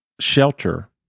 Shelter